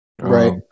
Right